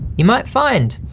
you might find